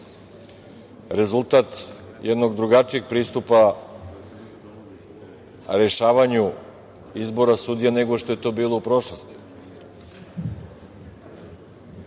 rezultat jednog drugačijeg pristupa rešavanju izbora sudija, nego što je to bilo u prošlosti. Verovatno